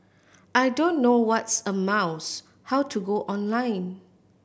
I don't know what's a mouse how to go online